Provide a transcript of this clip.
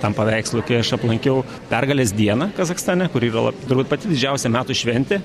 tam paveikslui kai aš aplankiau pergalės dieną kazachstane kuri yra la turbūt pati didžiausia metų šventė